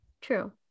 True